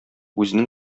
үзенең